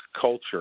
culture